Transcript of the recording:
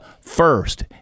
first